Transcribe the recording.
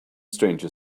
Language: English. stranger